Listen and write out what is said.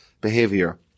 behavior